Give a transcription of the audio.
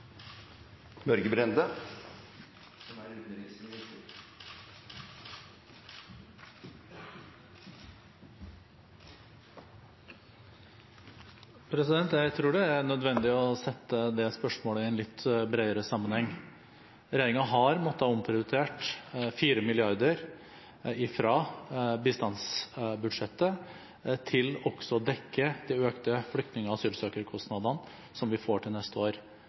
Jeg tror det er nødvendig å sette det spørsmålet i en litt bredere sammenheng. Regjeringen har måttet omprioritere 4 mrd. kr fra bistandsbudsjettet til også å dekke de økte flyktning- og asylsøkerkostnadene som vi får til neste år